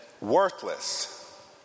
worthless